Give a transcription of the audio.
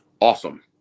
Awesome